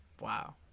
Wow